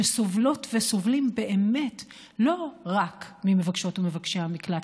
שסובלות וסובלים באמת לא רק ממבקשות ומבקשי המקלט,